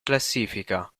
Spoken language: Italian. classifica